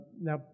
now